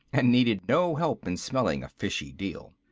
and needed no help in smelling a fishy deal.